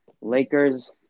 Lakers